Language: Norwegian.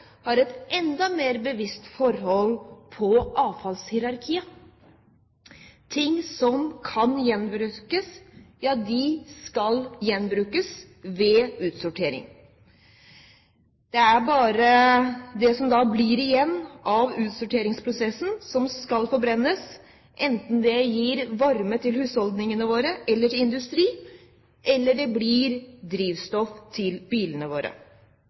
har et enda mer bevisst forhold til avfallshierarkiet. Ting som kan gjenbrukes, skal gjenbrukes ved utsortering. Det er bare det som da blir igjen av utsorteringsprosessen, som skal forbrennes, enten det gir varme til husholdningene våre eller til industrien, eller det blir drivstoff til bilene våre.